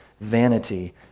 vanity